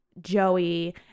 Joey